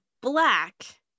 Black